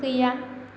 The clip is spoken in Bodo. गैया